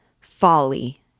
Folly